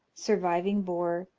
surviving bore,